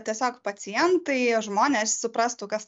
tiesiog pacientai žmonės suprastų kas